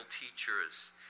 teachers